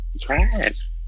trash